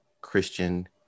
Christian